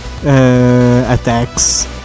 attacks